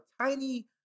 tiny